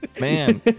Man